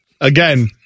Again